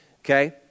okay